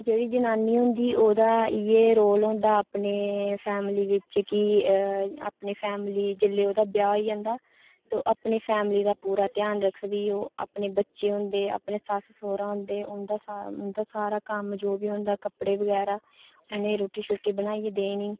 जेह्ड़ी जनानी होंदी ओह्दा इ'यै रोल होंदा अपने फैमिली बिच कि अपनी फैमिली जेल्लै ओह्दा ब्याह् होई जंदा ते अपनी फैमिली दा पूरा ध्यान रखदी ओह् अपने बच्चे होंदे अपने सस्स सौह्रा होंदे ओह् उं'दा सारा कम्म जो बी होंदा कपड़े बगैरा उ'नें गी रुट्टी बनाइयै देनी